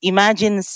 Imagine